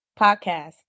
podcast